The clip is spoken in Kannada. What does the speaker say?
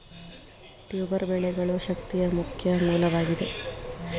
ಟ್ಯೂಬರ್ ಬೆಳೆಗಳು ಶಕ್ತಿಯ ಮುಖ್ಯ ಮೂಲವಾಗಿದೆ